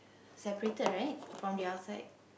separated right from the outside